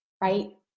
right